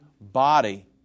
body